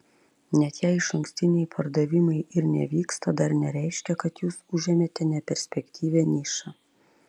net jei išankstiniai pardavimai ir nevyksta dar nereiškia kad jūs užėmėte neperspektyvią nišą